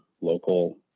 local